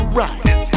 right